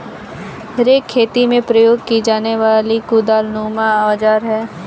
rake खेती में प्रयोग की जाने वाली कुदालनुमा औजार है